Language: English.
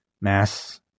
mass